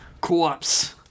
Co-ops